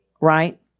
Right